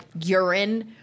urine